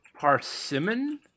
Parsimon